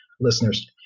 listeners